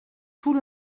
tout